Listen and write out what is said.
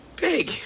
big